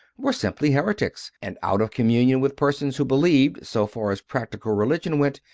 were simply heretics, and out of communion with persons who believed, so far as practical religion went,